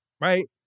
right